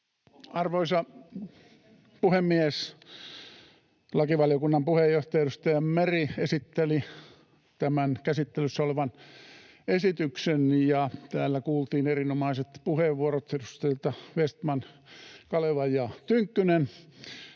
Arvoisa puhemies! Lakivaliokunnan puheenjohtaja, edustaja Meri, esitteli tämän käsittelyssä olevan esityksen, ja täällä kuultiin erinomaiset puheenvuorot edustajilta Vestman, Kaleva ja Tynkkynen,